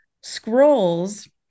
scrolls